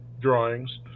drawings